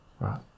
right